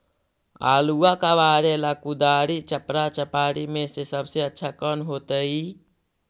आलुआ कबारेला कुदारी, चपरा, चपारी में से सबसे अच्छा कौन होतई?